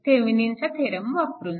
थेविनिनचा theorem वापरून